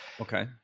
Okay